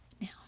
Now